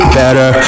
better